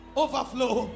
overflow